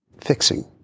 fixing